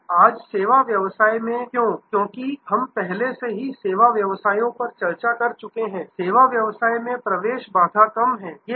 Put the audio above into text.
और आज सेवा व्यवसाय में क्यों क्योंकि हम पहले से ही सेवा व्यवसायों पर चर्चा कर चुके हैं सेवा व्यवसाय में प्रवेश बाधा कम है